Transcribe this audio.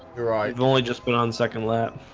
right, the only just been on second lap